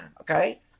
okay